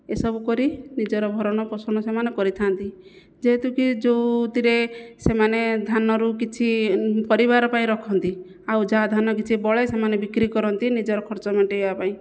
ଏସବୁ କରି ନିଜର ଭରଣପୋଷଣ ସେମାନେ କରିଥା'ନ୍ତି ଯେହେତୁକି ଯେଉଁଥିରେ ସେମାନେ ଧାନରୁ କିଛି ପରିବାର ପାଇଁ ରଖନ୍ତି ଆଉ ଯାହା ଧାନ କିଛି ବଳେ ସେମାନେ ବିକ୍ରି କରନ୍ତି ନିଜର ଖର୍ଚ୍ଚ ମେଣ୍ଟାଇବା ପାଇଁ